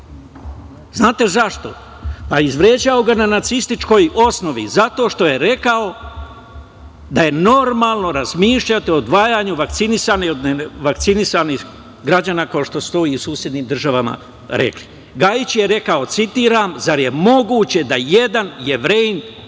Znate li zašto? Izvređao ga je na nacističkoj osnovi, zato što je rekao da je normalno razmišljati o odvajanju vakcinisanih od nevakcinisanih građana, kao što su to i u susednim državama rekli. Gajić je rekao: „Zar je moguće da jedan Jevrejin